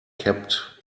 kept